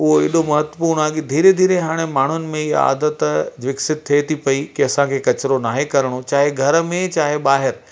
उहो अहिड़ो महत्वपूर्ण आहे कि धीरे धीरे हाणे माण्हुनि में ईअं आदत विकसित थिए थी पई कि असांखे कचिरो नाहे करिणो चाहे घर में चाहे ॿाहिरि